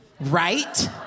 Right